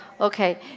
Okay